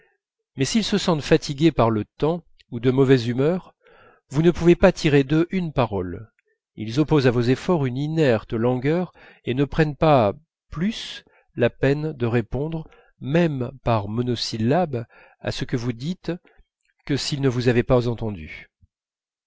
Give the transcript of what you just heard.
mais s'ils se sentent fatigués par le temps ou de mauvaise humeur vous ne pouvez tirer d'eux une parole ils opposent à vos efforts une inerte langueur et ne prennent pas plus la peine de répondre même par monosyllabes à ce que vous dites que s'ils ne vous avaient pas entendus